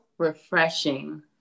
refreshing